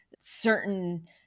certain